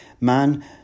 man